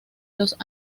los